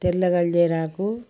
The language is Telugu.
తెల్ల గల్జేరాకు